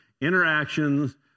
interactions